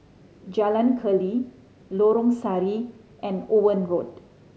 Jalan Keli Lorong Sari and Owen Road